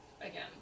Again